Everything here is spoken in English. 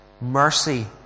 Mercy